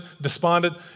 despondent